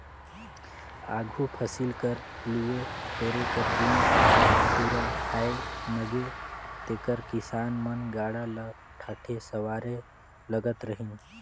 आघु फसिल कर लुए टोरे कर दिन दुरा आए नगे तेकर किसान मन गाड़ा ल ठाठे सवारे लगत रहिन